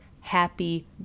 happy